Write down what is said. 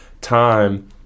time